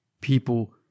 people